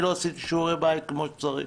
לא עשיתי שיעורי בית כמו שצריך,